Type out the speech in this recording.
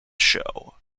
show